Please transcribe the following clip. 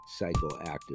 psychoactive